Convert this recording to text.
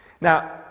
Now